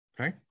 okay